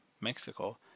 Mexico